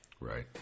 Right